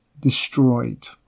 destroyed